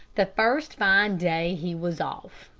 the first fine day he was off,